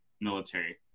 military